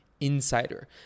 insider